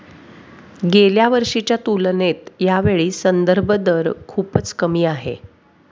गेल्या वर्षीच्या तुलनेत यावेळी संदर्भ दर खूपच कमी आहे